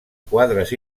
quadres